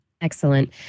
Excellent